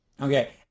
okay